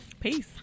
peace